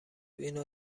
اینو